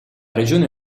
regione